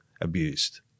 abused